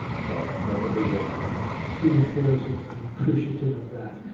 so that's a big win for us. student affairs is appreciative of that.